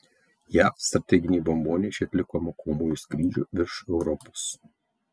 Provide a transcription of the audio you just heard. jav strateginiai bombonešiai atliko mokomųjų skrydžių virš europos